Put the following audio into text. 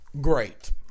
Great